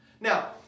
Now